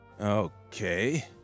Okay